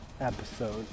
episode